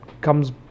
comes